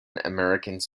americans